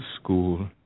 school